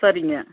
சரிங்க